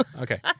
Okay